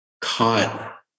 caught